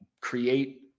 create